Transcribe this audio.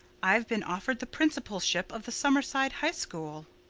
i've been offered the principalship of the summerside high school.